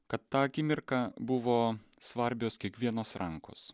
kad tą akimirką buvo svarbios kiekvienos rankos